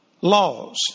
Laws